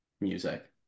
music